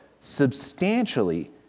substantially